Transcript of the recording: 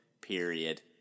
Period